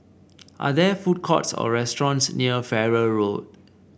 are there food courts or restaurants near Farrer Road